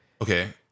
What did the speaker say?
Okay